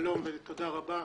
שלום ותודה רבה,